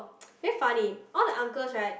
very funny all the uncles right